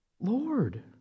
lord